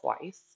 twice